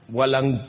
Walang